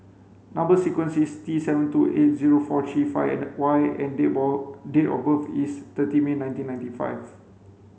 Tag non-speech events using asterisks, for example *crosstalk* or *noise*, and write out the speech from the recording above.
number sequence is T seven two eight zero four three five Y and *unintelligible* date of birth is thirty May nineteen ninety five